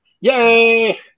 Yay